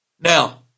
Now